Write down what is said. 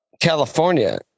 California